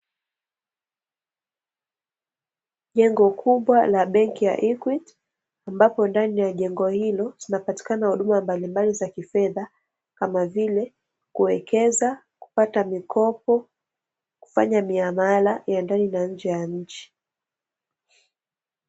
Jengo kubwa la benki ya "Equity", ambapo ndani ya jengo hilo zinapatikana huduma mbalimbali za kifedha, kama vile kuwekeza, kupata mikopo, kufanya miamala ya ndani na nje ya nchi.